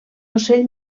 ocell